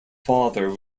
father